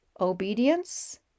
obedience